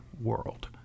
world